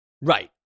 Right